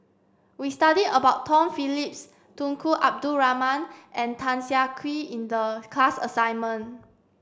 we studied about Tom Phillips Tunku Abdul Rahman and Tan Siak Kew in the class assignment